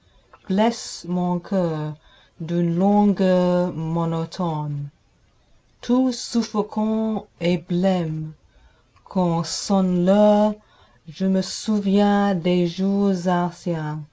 blessent mon coeur d'une langueur monotone tout suffocant et blême quand sonne l'heure je me souviens des jours anciens